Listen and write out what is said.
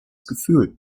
gefühl